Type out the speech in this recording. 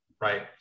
right